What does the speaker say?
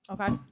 Okay